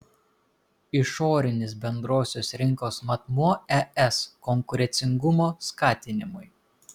išorinis bendrosios rinkos matmuo es konkurencingumo skatinimui